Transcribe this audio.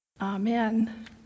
Amen